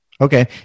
Okay